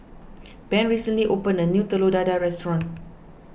Ben recently opened a new Telur Dadah restaurant